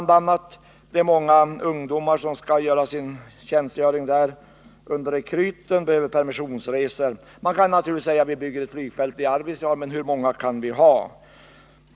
Det är många ungdomar som skall fullgöra sin rekryttjänstgöring där, med permissionsresor etc. Man kan naturligtvis säga: Vi bygger ett flygfält i Arvidsjaur. Men hur många kan vi ha?